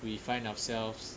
we find ourselves